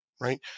right